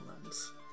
lands